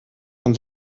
von